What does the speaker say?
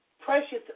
Precious